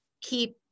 keep